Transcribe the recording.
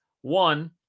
One